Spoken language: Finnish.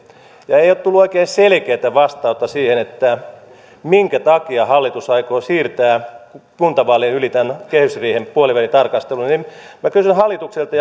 ja ei ei ole tullut oikein selkeää vastausta siihen minkä takia hallitus aikoo siirtää kuntavaalien yli tämän kehysriihen puolivälitarkastelun niin minä kysyn hallitukselta